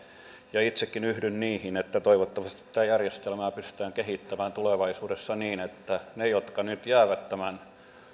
itsekin yhdyn siihen että toivottavasti tätä järjestelmää pystytään kehittämään tulevaisuudessa niin että niillekin jotka nyt jäävät tämän